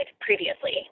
previously